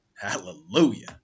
Hallelujah